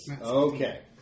Okay